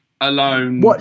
alone